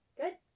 Good